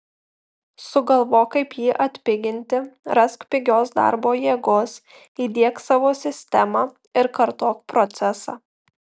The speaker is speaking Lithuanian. sugalvok kaip jį atpiginti rask pigios darbo jėgos įdiek savo sistemą ir kartok procesą